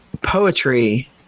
poetry